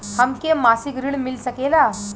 हमके मासिक ऋण मिल सकेला?